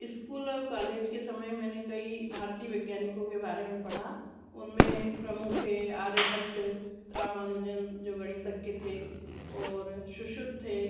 school और college के समय मैंने कई भारतीय वैज्ञानिकों के बारे में पढ़ा उनमें प्रमुख हैं आर्यभट्ट रामानुजन जो गणितज्ञ थे और शुश्रुत थे